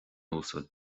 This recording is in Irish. uasal